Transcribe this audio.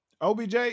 OBJ